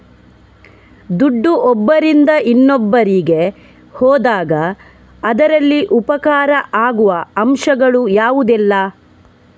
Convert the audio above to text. ದುಡ್ಡು ಒಬ್ಬರಿಂದ ಇನ್ನೊಬ್ಬರಿಗೆ ಹೋದಾಗ ಅದರಲ್ಲಿ ಉಪಕಾರ ಆಗುವ ಅಂಶಗಳು ಯಾವುದೆಲ್ಲ?